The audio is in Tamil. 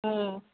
ம்